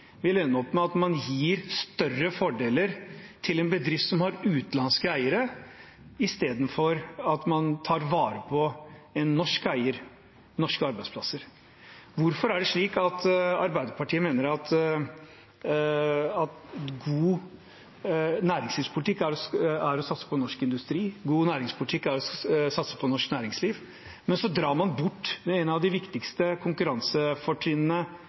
vil ende opp med at man gir større fordeler til en bedrift som har utenlandske eiere, istedenfor at man tar vare på en norsk eier og norske arbeidsplasser. Hvorfor er det slik at Arbeiderpartiet mener at god næringslivspolitikk er å satse på norsk industri og norsk næringsliv, men at man tar bort et av de viktigste konkurransefortrinnene,